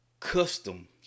custom